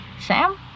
Sam